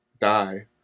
die